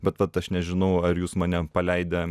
bet vat aš nežinau ar jūs mane paleidę